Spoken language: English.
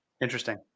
Interesting